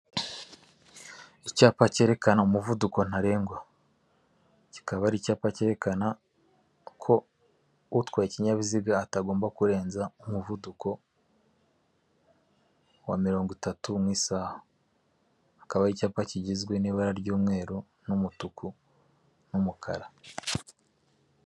Icyapa cyerekana umuvuduko ntarengwa. Kikaba ari icyapa cyerekana ko utwaye ikinyabiziga atagomba kurenza umuvuduko wa mirongo itatu mu isaha. Akaba ari icyapa kigizwe n'ibara ry'umweru n'umutuku n'umukara.